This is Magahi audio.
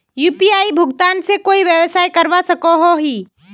यु.पी.आई भुगतान से कोई व्यवसाय करवा सकोहो ही?